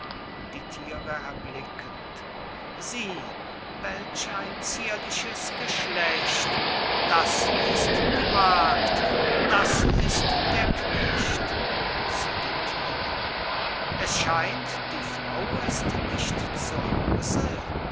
sieh welch ein zierliches geschlecht das ist die magd das ist der knecht zu den thieren es scheint die frau ist nicht